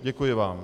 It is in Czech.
Děkuji vám.